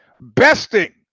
Besting